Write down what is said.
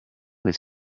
les